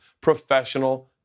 professional